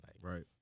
Right